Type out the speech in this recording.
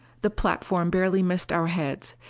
the platform barely missed our heads.